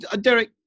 Derek